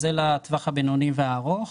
זה לטווח הבינוני והארוך.